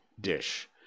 dish